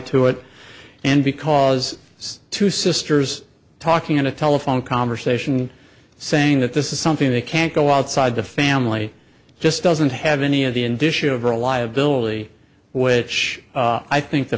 to it and because it's two sisters talking on a telephone conversation saying that this is something they can't go outside the family just doesn't have any of the indicia of or a liability which i think the